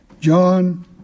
John